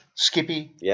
Skippy